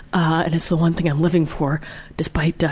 and it's the one thing i'm living for despite, ah!